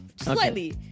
Slightly